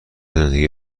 زندگی